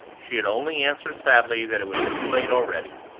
she had only answered sadly that it was too late already.